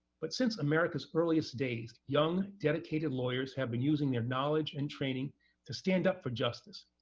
but since america's earlier days, young, dedicated lawyers have been using their knowledge and training to stand up for justice,